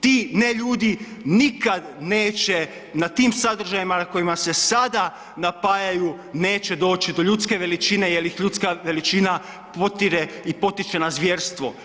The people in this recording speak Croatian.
Ti ne ljudi nikad neće na tim sadržajima na kojima se sada napajaju, neće doći do ljudske veličine jer ih ljudska veličina potire i potiče na zvjerstvo.